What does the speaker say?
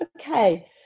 okay